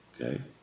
Okay